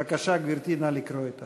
בבקשה, גברתי, נא לקרוא את